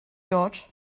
george